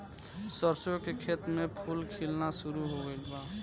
सरसों के खेत में फूल खिलना शुरू हो गइल बा